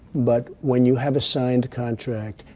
but when you have a signed contract,